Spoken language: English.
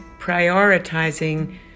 prioritizing